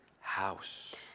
house